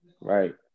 Right